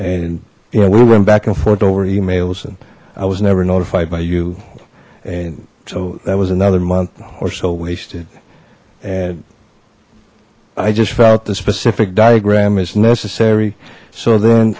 know we went back and forth over emails and i was never notified by you and so that was another month or so wasted and i just felt the specific diagram is necessary so then